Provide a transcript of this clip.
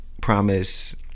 promise